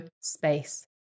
space